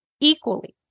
equally